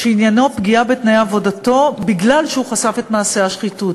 שעניינו פגיעה בתנאי עבודתו מכיוון שהוא חשף את מעשה השחיתות.